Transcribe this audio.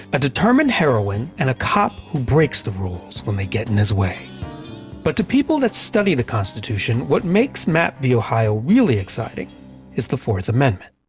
a determined heroine and a cop who breaks the rules when they get in his way. but to people that study the constitution, what makes mapp v. ohio really exciting is the fourth amendment.